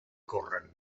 corren